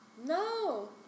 No